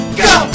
go